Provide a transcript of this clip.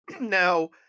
Now